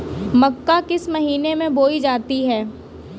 मक्का किस महीने में बोई जाती है?